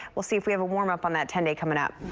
we'll see if we have a warmup on that ten-day coming up.